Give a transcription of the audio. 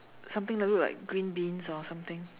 something that look like green beans or something